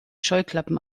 scheuklappen